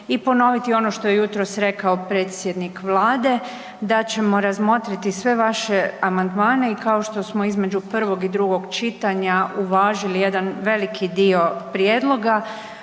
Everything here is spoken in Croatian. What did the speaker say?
i ponoviti ono što je jutros rekao predsjednik vlade da ćemo razmotriti sve vaše amandmane i kao što smo između prvog i drugog čitanja uvažili jedan veliki dio prijedloga